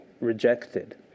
rejected